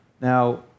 Now